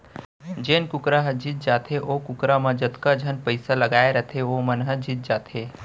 जेन कुकरा ह जीत जाथे ओ कुकरा म जतका झन पइसा लगाए रथें वो मन जीत जाथें